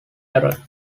error